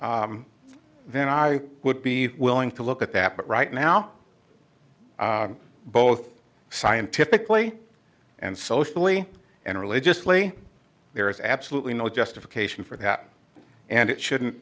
color then i would be willing to look at that but right now both scientifically and socially and religiously there is absolutely no justification for that and it shouldn't